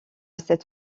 cette